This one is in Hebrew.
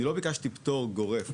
אני לא ביקשתי פטור גורף.